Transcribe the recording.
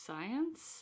Science